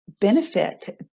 benefit